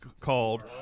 called